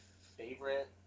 favorite